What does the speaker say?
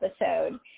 episode